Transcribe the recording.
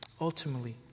ultimately